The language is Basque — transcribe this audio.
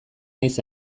naiz